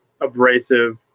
abrasive